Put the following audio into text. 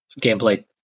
gameplay